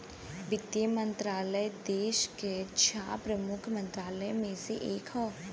वित्त मंत्रालय देस के छह प्रमुख मंत्रालय में से एक हौ